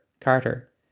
Carter